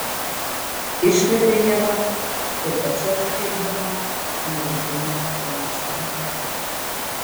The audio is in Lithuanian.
iškvepia ieva tuo pačiu atsikvėpdama nuo rytinio lakstymo